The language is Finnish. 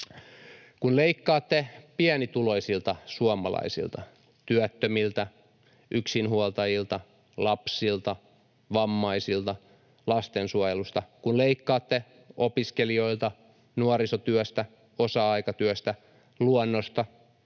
Kun leikkaatte pienituloisilta suomalaisilta, työttömiltä, yksinhuoltajilta, lapsilta, vammaisilta ja lastensuojelusta tai kun leikkaatte opiskelijoilta, nuorisotyöstä, osa-aikatyöstä ja luonnosta,